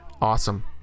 awesome